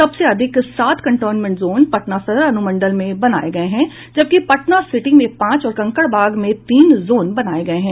सबसे अधिक सात कंटेनमेंट जोन पटना सदर अनुमंडल में बनाए गए हैं जबकि पटना सिटी में पांच और कंकड़बाग में तीन जोन बनाए गए हैं